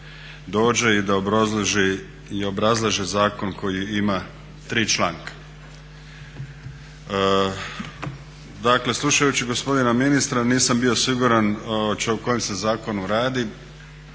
dođe i da obrazlože zakon koji ima 3 članka. Dakle, slušajući gospodina ministra nisam bio siguran opće o kojem se zakonu radi,